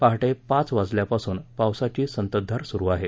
पहाटे पाच वाजेपासून पावसाची संततधार सुरू आहे